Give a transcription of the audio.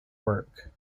work